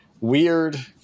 weird